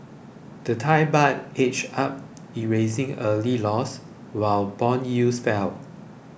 the Thai Baht edged up erasing early losses while bond yields fell